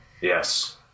Yes